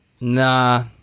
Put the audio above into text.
Nah